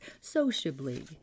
sociably